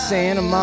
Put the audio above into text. Santa